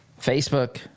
facebook